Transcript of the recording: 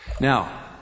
Now